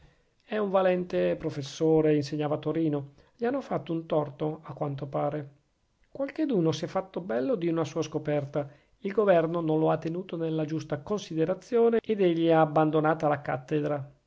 è un valente professore insegnava a torino gli hanno fatto torto a quanto pare qualcheduno si è fatto bello di una sua scoperta il governo non lo ha tenuto nella giusta considerazione ed egli ha abbandonata la cattedra